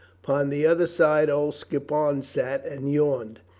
upon the other side old skippon sat and yawned.